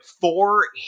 four